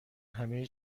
همه